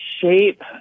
shape